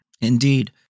Indeed